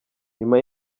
nyuma